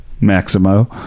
Maximo